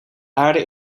aarde